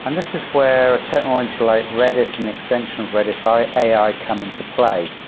and this is where a technology like redis and the extension of redis ai ai come into play.